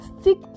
stick